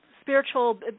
spiritual